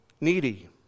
needy